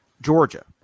Georgia